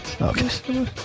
Okay